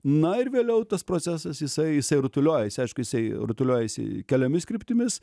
na ir vėliau tas procesas jisai jisai rutuliojasi aišku jisai rutuliojasi keliomis kryptimis